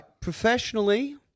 professionally